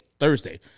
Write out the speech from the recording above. Thursday